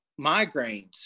migraines